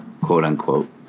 quote-unquote